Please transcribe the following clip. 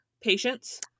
patients